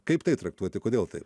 kaip tai traktuoti kodėl taip